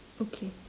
okay